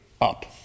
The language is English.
up